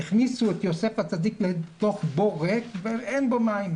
הכניסו את יוסף הצדיק לתוך בור ריק ואין בו מים.